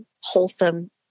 wholesome